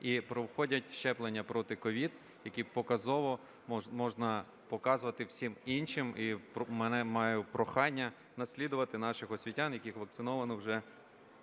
і проходять щеплення проти COVID, який показово можна показувати всім іншим. І маю прохання наслідувати наших освітян, яких вакциновано вже